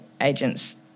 agents